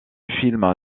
film